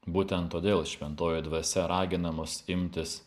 būtent todėl šventoji dvasia ragina mus imtis